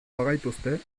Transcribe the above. bagaituzte